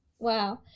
wow